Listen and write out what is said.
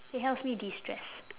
it helps me de-stress